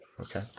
okay